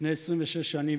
לפני 26 שנים,